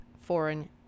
foreign